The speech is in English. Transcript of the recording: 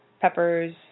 peppers